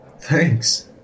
Thanks